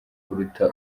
kuruta